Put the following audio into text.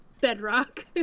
Bedrock